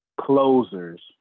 closers